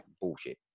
bullshit